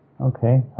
Okay